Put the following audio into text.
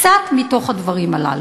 קצת מהדברים הללו.